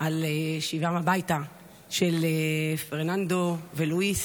על שיבתם הביתה של פרננדו ולואיס.